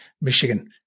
Michigan